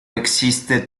existe